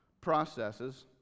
processes